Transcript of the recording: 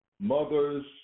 mother's